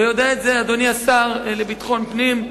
ויודע את זה השר לביטחון פנים,